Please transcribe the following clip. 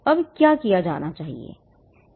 अब क्या किया जाए